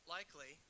Likely